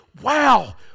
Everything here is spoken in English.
wow